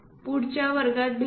पुढच्या वर्गात भेटू